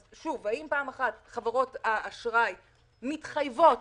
שוב, האם חברות האשראי מתחייבות